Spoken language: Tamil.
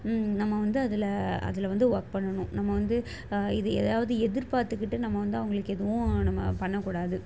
நம்ம வந்து அதில் அதில் வந்து ஒர்க் பண்ணணும் நம்ம வந்து இது ஏதாவது எதிர்ப்பார்த்துக்கிட்டு நம்ம வந்து அவர்களுக்கு எதுவும் நம்ம பண்ணக்கூடாது